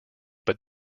but